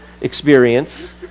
experience